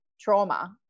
trauma